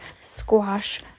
squash